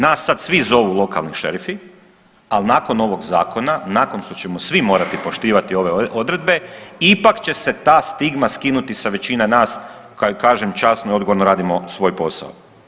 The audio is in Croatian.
Nas sad svi zovu lokalni šerifi, ali nakon ovog zakona, nakon što ćemo svi morati poštivati ove odredbe ipak će se ta stigma skinuti sa većine nas koji kažem časno i odgovorno radimo svoj posao.